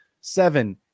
Seven